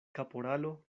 kaporalo